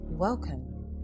Welcome